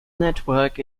network